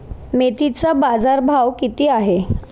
मेथीचा बाजारभाव किती आहे?